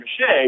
mache